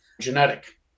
genetic